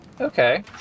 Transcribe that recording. Okay